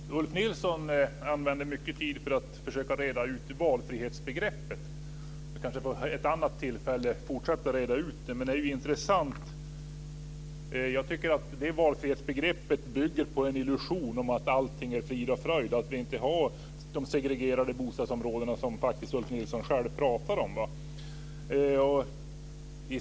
Fru talman! Ulf Nilsson använde mycket tid till att försöka reda ut valfrihetsbegreppet. Vi kanske vid ett annat tillfälle kan fortsätta att reda ut det. Det jag tycker är intressant är att det valfrihetsbegreppet bygger på en illusion om att allting är frid och fröjd, att vi inte har de segregerade bostadsområden som Ulf Nilsson faktiskt själv pratar om.